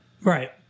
Right